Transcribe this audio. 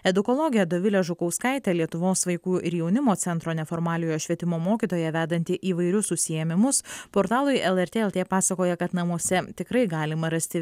edukologė dovilė žukauskaitė lietuvos vaikų ir jaunimo centro neformaliojo švietimo mokytoja vedanti įvairius užsiėmimus portalui lrt lt pasakoja kad namuose tikrai galima rasti